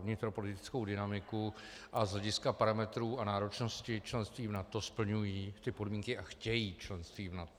vnitropolitickou dynamiku a z hlediska parametrů a náročnosti členství v NATO splňují podmínky a chtějí členství v NATO.